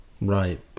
Right